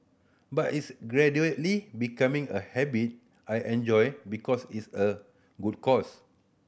but it's gradually becoming a habit I enjoy because it's a good cause